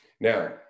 Now